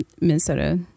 Minnesota